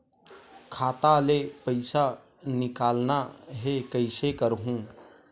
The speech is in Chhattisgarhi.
खाता ले पईसा निकालना हे, कइसे करहूं?